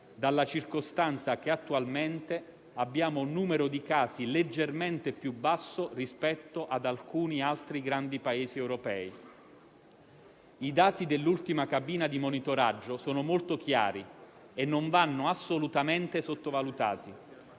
dalla circostanza che attualmente abbiamo un numero di casi leggermente più basso rispetto ad alcuni altri grandi Paesi europei. I dati dell'ultima cabina di monitoraggio sono molto chiari e non vanno assolutamente sottovalutati.